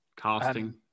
casting